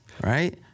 right